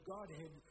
Godhead